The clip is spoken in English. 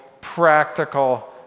practical